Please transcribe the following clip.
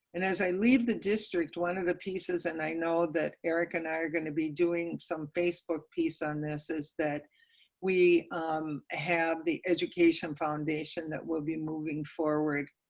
and as i leave the district, one of the pieces and i know that eric and i are going to be doing some facebook piece on this, is that we have the education foundation that will be moving forward,